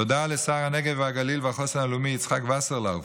תודה לשר הנגב והגליל והחוסן הלאומי יצחק וסרלאוף,